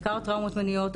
בעיקר טראומות מיניות,